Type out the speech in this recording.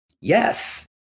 Yes